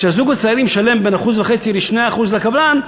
כשהזוג הצעיר משלם בין 1.5% ל-2% לקבלן,